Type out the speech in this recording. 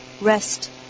Rest